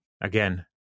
again